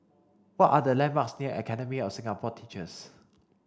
what are the landmarks near Academy of Singapore Teachers